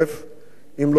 אם לא ייסגר עד אז.